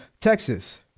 Texas